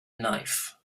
knife